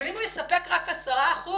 אבל אם הוא יספק רק 10 אחוזים,